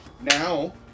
now